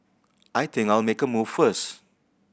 I think I'll make a move first